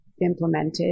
implemented